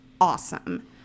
awesome